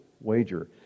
wager